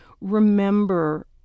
remember